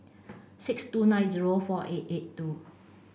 six two nine zero four eight eight two